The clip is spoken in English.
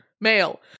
Male